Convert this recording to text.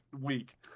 week